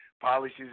Policies